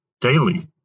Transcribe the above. daily